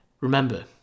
Remember